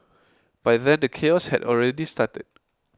by then the chaos had already started